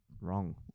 Wrong